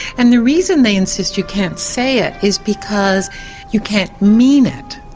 and the reason they insist you can't say it is because you can't mean it.